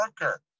worker